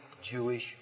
Jewish